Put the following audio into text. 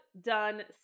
done